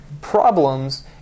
problems